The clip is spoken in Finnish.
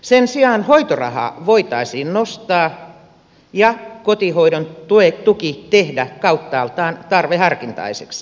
sen sijaan hoitorahaa voitaisiin nostaa ja kotihoidon tuki tehdä kauttaaltaan tarveharkintaiseksi